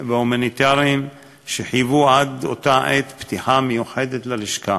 והומניטריים שחייבו עד אותה עת פתיחה מיוחדת של לשכה.